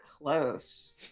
close